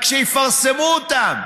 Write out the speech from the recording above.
רק שיפרסמו אותם.